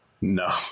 No